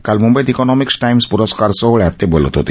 काल मुंबईत economic times पुरस्कार सोहळ्यात ते बोलत होते